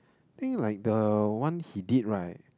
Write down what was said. think like the one he did right